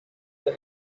the